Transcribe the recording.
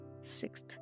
Sixth